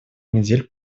недель